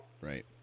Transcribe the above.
Right